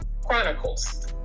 chronicles